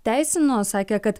teisino sakė kad